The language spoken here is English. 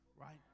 right